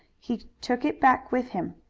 he took it back with him.